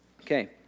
Okay